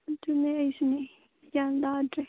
ꯑꯗꯨꯅꯦ ꯑꯩꯁꯨꯅꯦ ꯒ꯭ꯌꯥꯟ ꯇꯥꯗ꯭ꯔꯦ